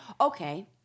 Okay